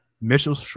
Mitchell